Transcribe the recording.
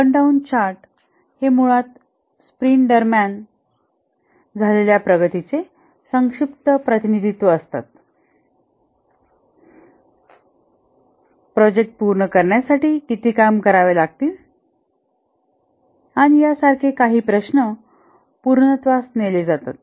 burn down chart हे मुळात sprint दरम्यान झालेल्या प्रगतीचे संक्षिप्त प्रतिनिधित्त्व असतात प्रोजेक्ट पूर्ण करण्यासाठी किती काम करावे लागतील आणि यासारखे काही प्रश्न पूर्णत्वास नेले जातात